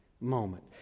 moment